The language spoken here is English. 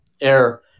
air